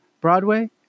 Broadway